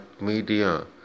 media